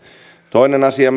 toinen asia